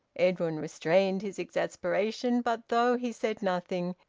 edwin restrained his exasperation but though he said nothing,